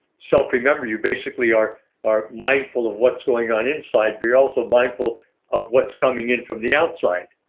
self remember, you basically are are mindful of what's going on inside, but you're also mindful of what's coming in from the outside.